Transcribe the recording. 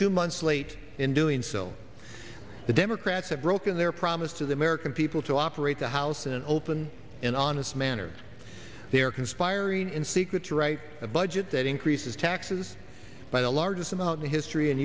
two months late in doing so the democrats have broken their promise to the american people to operate the house in an open and honest manner they are conspiring in secret to write a budget that increases taxes by the largest in the history and